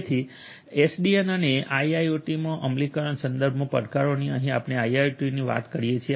તેથી એસડીએન અને તેના આઇઆઇઓટીમાં અમલીકરણ સંદર્ભમાં પડકારોની અહીં આપણે આઇઆઇઓટીની વાત કરીયે છે